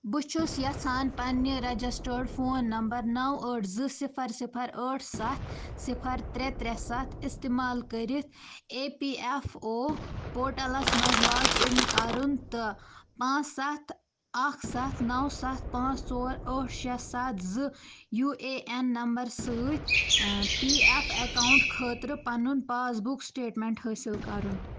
بہٕ چھُس یژھان پنٛنہِ رجسٹرڈ فون نمبر نو ٲٹھ زٕ صفر صفر ٲٹھ ستھ صفر ترےٚ ترےٚ ستھ استعمال کٔرِتھ E P F O portals مَنٛز لاگ اِن کرُن تہٕ پانٛژھ ستھ اکھ ستھ نو ستھ پانٛژھ ژور ٲٹھ شےٚ ستھ زٕ یوٗ اے این نمبر سۭتۍ پی ایف اٮ۪کاوُنٹ خٲطرٕ پَنُن پاس بُک سٹیٹمنٹ حٲصِل کرُن